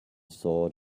sword